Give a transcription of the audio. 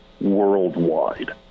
worldwide